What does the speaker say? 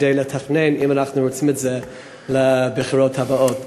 כדי לתכנן אם אנחנו רוצים את זה לבחירות הבאות,